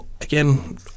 again